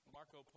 Marco